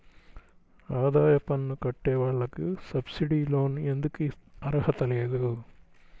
ఆదాయ పన్ను కట్టే వాళ్లకు సబ్సిడీ లోన్ ఎందుకు అర్హత లేదు?